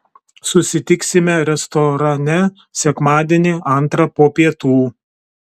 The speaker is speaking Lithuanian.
susitiksime restorane sekmadienį antrą po pietų